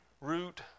root